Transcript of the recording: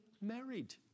married